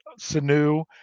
Sanu